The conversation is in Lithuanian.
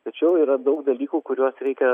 tačiau yra daug dalykų kuriuos reikia